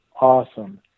awesome